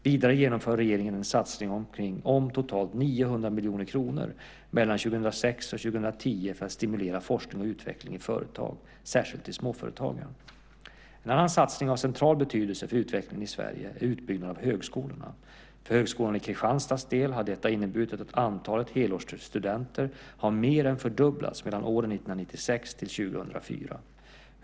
Vidare genomför regeringen en satsning om totalt 900 miljoner kronor mellan åren 2006 och 2010 för att stimulera forskning och utveckling i företag, särskilt i småföretagen. En annan satsning av central betydelse för utvecklingen i Sverige är utbyggnaden av högskolorna. För Högskolan Kristianstads del har detta inneburit att antalet helårsstudenter har mer än fördubblats mellan åren 1996 och 2004.